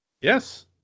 Yes